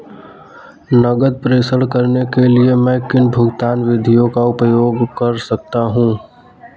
नकद प्रेषण करने के लिए मैं किन भुगतान विधियों का उपयोग कर सकता हूँ?